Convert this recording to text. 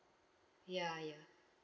ya ya